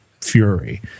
fury